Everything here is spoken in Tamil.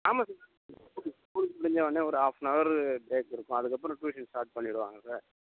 ஆமாம் சார் ஸ்கூல் முடிஞ்ச உடனே ஒரு ஹாஃப்னவர் ப்ரேக் இருக்கும் அதுக்கு அப்புறம் ட்யூஷன் ஸ்டார்ட் பண்ணிவிடுவாங்க சார்